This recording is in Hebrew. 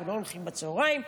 אנחנו לא הולכים בצוהריים,